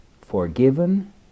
forgiven